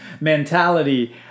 mentality